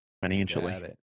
financially